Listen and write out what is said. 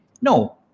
no